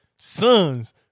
son's